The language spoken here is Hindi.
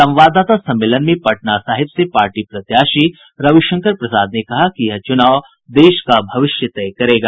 संवाददाता सम्मेलन में पटना साहिब से पार्टी प्रत्याशी रविशंकर प्रसाद ने कहा कि यह चुनाव देश का भविष्य तय करेगा